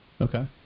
Okay